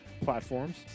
platforms